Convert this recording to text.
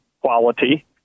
quality